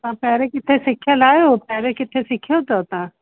तव्हां पहिरीं किथे सिखियल आहियो पहिरीं किथे सिखियो अथव तव्हां